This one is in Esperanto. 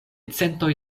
centoj